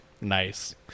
Nice